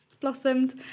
blossomed